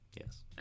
yes